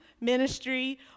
ministry